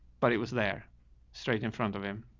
but he was there straight in front of him,